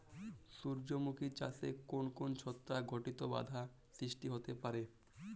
সূর্যমুখী চাষে কোন কোন ছত্রাক ঘটিত বাধা সৃষ্টি হতে পারে?